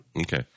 Okay